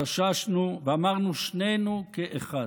התאוששנו ואמרנו שנינו כאחד: